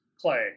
play